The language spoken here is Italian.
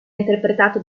interpretato